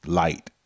light